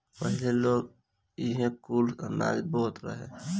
पहिले लोग इहे कुल अनाज बोअत रहे